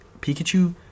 Pikachu